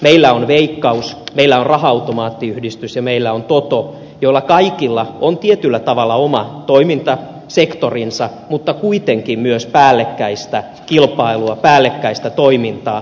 meillä on veik kaus meillä on raha automaattiyhdistys ja meillä on toto joilla kaikilla on tietyllä tavalla oma toimintasektorinsa mutta kuitenkin myös päällekkäistä kilpailua päällekkäistä toimintaa